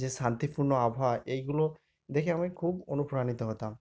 যে শান্তিপূর্ণ আবহাওয়া এইগুলো দেখে আমি খুব অনুপ্রাণিত হতাম